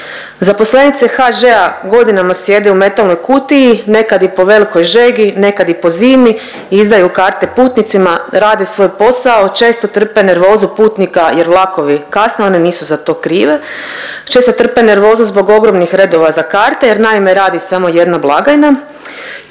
Zaposlenice HŽ-a godinama sjede u metalnoj kutiji, nekad i po velikoj žegi, nekad i po zimi i izdaju karte putnicima, rade svoj posao, često trpe nervozu putnika jer vlakovi kasne, one nisu za to krive, često trpe nervozu zbog ogromnih redova za karte jer naime, radi samo jedna blagajna